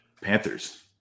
Panthers